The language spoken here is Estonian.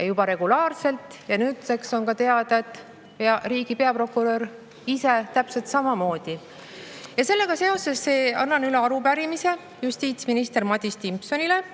[rikuvad] juba regulaarselt ja nüüdseks on teada, et riigi peaprokurör ise täpselt samamoodi. Sellega seoses annan justiitsminister Madis Timpsonile